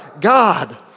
God